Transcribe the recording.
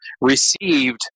received